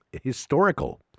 Historical